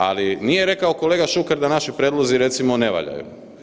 Ali, nije rekao kolega Šuker da naši prijedlozi recimo, ne valjaju.